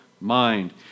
mind